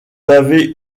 avez